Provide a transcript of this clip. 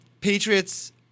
Patriots